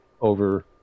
over